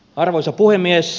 arvoisa puhemies